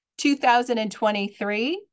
2023